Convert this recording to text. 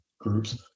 groups